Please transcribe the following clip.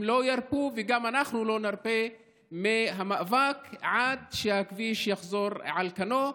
הם לא ירפו וגם אנחנו לא נרפה מהמאבק עד שהכביש יחזור על כנו.